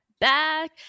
back